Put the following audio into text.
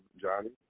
Johnny